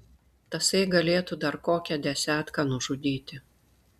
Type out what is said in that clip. tasai galėtų dar kokią desetką nužudyti